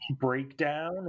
breakdown